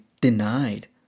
denied